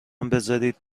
بزارید